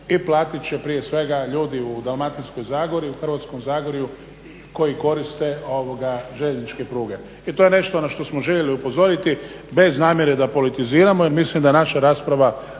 i platit će prije svega ljudi u Dalmatinskoj zagori u Hrvatskom zagorju koji koriste željezničke pruge. I to je nešto na što smo željeli upozoriti bez namjere da politiziramo jer mislim da naša rasprava